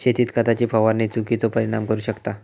शेतीत खताची फवारणी चुकिचो परिणाम करू शकता